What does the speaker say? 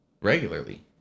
regularly